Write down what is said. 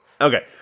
Okay